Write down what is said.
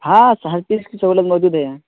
ہاں ہر چیز کی سہولت موجود ہے یہاں